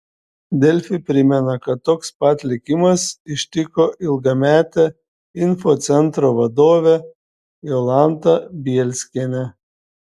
delfi primena kad toks pat likimas ištiko ilgametę infocentro vadovę jolantą bielskienę